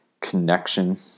connection